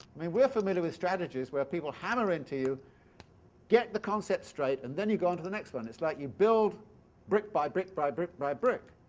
mean, we're familiar with strategies where people people hammer into you get the concept straight and then you go on to the next one it's like you build brick by brick by brick by brick.